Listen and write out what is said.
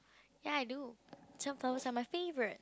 ya I do sunflowers are my favourite